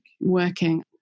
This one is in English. working